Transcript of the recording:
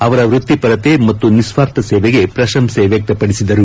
ಅವರ ವೃತ್ತಿಪರತೆ ಮತ್ತು ನಿಸ್ವಾರ್ಥ ಸೇವೆಗೆ ಪ್ರಶಂಸೆ ವ್ಯಕ್ತಪಡಿಸಿದರು